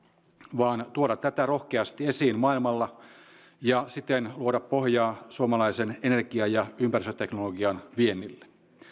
vaan tuoda tätä rohkeasti esiin maailmalla ja siten luoda pohjaa suomalaisen energia ja ympäristöteknologian viennille